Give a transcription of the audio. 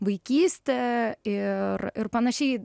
vaikystė ir ir panašiai